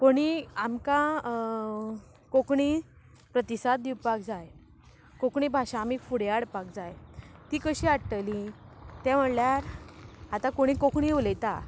कोणी आमकां कोंकणी प्रतिसाद दिवपाक जाय कोंकणी भाशा आमी फुडें हाडपाक जाय ती कशी हाडटली तें म्हणल्यार आतां कोणी कोंकणी उलयता